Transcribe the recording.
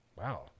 Wow